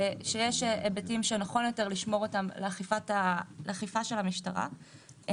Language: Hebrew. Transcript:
שיש היבטים שנכון יותר לשמור אותם לאכיפה של המשטרה.